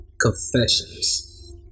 Confessions